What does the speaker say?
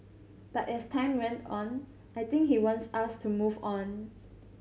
but as time went on I think he wants us to move on